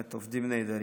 באמת עובדים נהדרים.